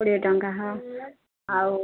କୋଡ଼ିଏ ଟଙ୍କା ହଁ ଆଉ